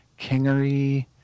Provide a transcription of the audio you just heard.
kingery